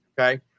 Okay